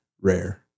rare